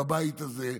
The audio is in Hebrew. בבית הזה.